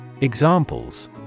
Examples